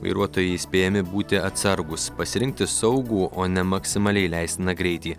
vairuotojai įspėjami būti atsargūs pasirinkti saugų o ne maksimaliai leistiną greitį